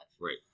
Right